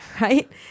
right